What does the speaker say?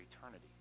eternity